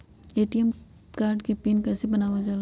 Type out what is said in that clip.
ATM card के PIN कैसे बनावल जाला?